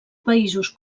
països